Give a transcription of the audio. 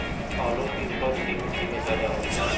आलु की उपज की मिट्टी में जायदा होती है?